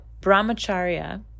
brahmacharya